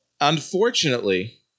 Unfortunately